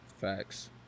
Facts